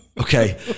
Okay